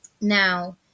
Now